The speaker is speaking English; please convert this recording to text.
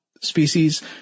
species